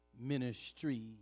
ministry